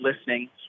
listening